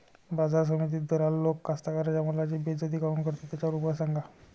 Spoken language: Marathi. बाजार समितीत दलाल लोक कास्ताकाराच्या मालाची बेइज्जती काऊन करते? त्याच्यावर उपाव सांगा